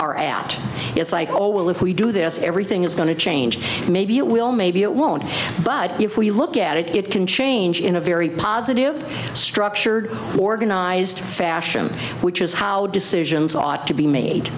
are apt it's like oh well if we do this everything is going to change maybe it will maybe it won't but if we look at it it can change in a very positive structured organized fashion which is how decisions ought to be made